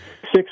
six